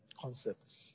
concepts